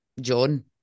John